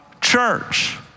church